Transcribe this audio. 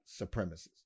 supremacists